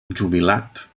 jubilat